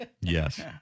Yes